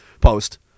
post